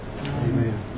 Amen